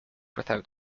without